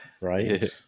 Right